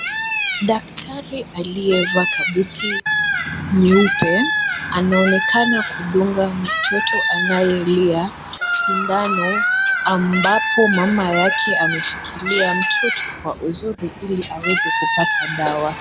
Daktari aliyevaa kabuti nyeupe, anaonekana kudunga mtoto anayelia sindano, ambapo mama yake ameshikilia mtoto kwa uzuri ili aweze kupata dawa.